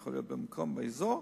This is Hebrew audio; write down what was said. יכול להיות במקום אחר באזור,